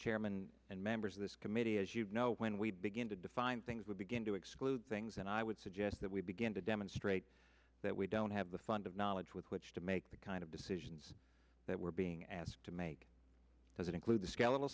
chairman and members of this committee as you know when we begin to define things we begin to exclude things and i would suggest that we begin to demonstrate that we don't have the fund of knowledge with which to make the kind of decisions that we're being asked to make doesn't include the skeletal